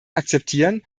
akzeptieren